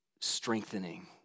strengthening